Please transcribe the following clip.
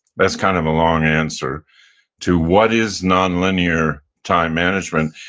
that's kind of a long answer to what is nonlinear time management.